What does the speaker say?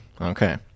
Okay